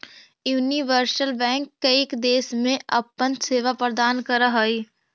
universal bank कईक देश में अपन सेवा प्रदान करऽ हइ